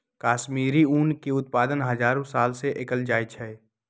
कश्मीरी ऊन के उत्पादन हजारो साल से कएल जाइ छइ